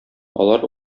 алар